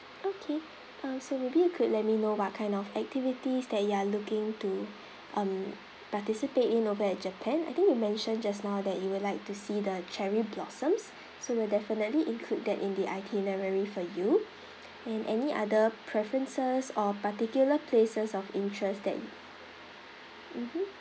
okay uh so maybe you could let me know what kind of activities that you are looking to um participate in over at japan I think you mentioned just now that you would like to see the cherry blossoms so we'll definitely include that in the itinerary for you and any other preferences or particular places of interest that y~ mmhmm